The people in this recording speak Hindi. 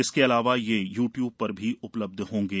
इसके अलावा यह यू ट्यूब पर भी उपलब्ध होंगे